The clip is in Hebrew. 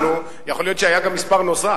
להיות שהיה גם מספר נוסף.